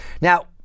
Now